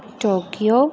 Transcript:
Tokyo